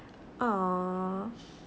!aww!